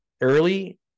early